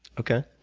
okay,